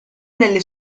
nelle